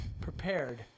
Prepared